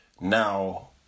now